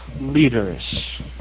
leaders